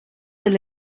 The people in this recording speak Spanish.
del